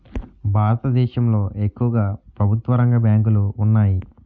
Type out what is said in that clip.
భారతదేశంలో ఎక్కువుగా ప్రభుత్వరంగ బ్యాంకులు ఉన్నాయి